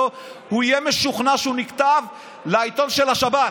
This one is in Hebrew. הוא יהיה משוכנע שהוא נכתב לעיתון של השבת.